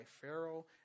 Pharaoh